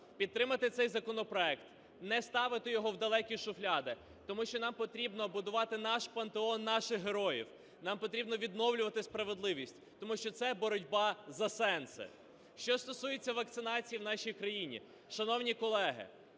підтримати цей законопроект, не ставити його в далекі шухляди. Тому що нам потрібно будувати наш пантеон наших героїв, нам потрібно відновлювати справедливість, тому що це боротьба за сенси. Що стосується вакцинації в нашій країні. Шановні колеги,